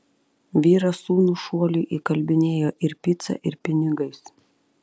vyras sūnų šuoliui įkalbinėjo ir pica ir pinigais